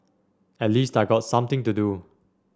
at least I got something to do